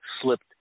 slipped